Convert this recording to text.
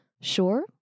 Sure